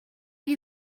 you